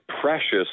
precious